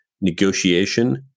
negotiation